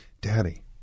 Daddy